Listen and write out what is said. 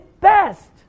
best